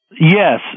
Yes